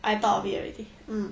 I thought of it already